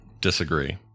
Disagree